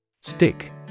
Stick